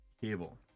cable